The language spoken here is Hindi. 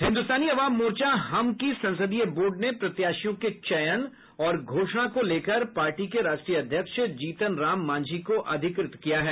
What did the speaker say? हिन्दुस्तानी अवाम मोर्चा हम की संसदीय बोर्ड ने प्रत्याशियों के चयन और घोषणा को लेकर पार्टी के राष्ट्रीय अध्यक्ष जीतन राम मांझी को अधिकृत किया है